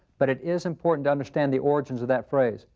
but it is important to understand the origins of that phrase.